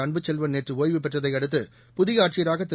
அன்புச்செல்வன் நேற்று ஒய்வு பெற்றதை அடுத்து புதிய ஆட்சியராக திரு